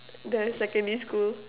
the secondary school